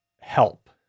help